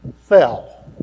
fell